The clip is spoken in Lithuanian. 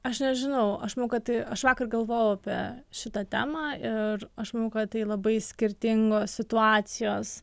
aš nežinau aš manau kad aš vakar galvojau apie šitą temą ir aš manau kad tai labai skirtingos situacijos